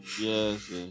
Yes